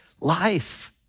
life